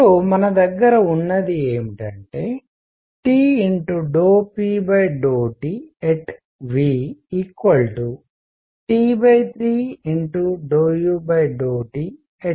ఇప్పుడు మన దగ్గర ఉన్నది ఏమిటంటే T VT3V4u3